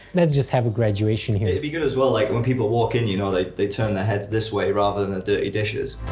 let's just have a graduation here. it would be good as well, like when people walk in you know, they they turn their heads this way, rather than dirty dishes.